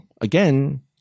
again